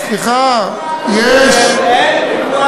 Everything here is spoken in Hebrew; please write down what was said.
סליחה, יש, אין פיקוח